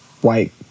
white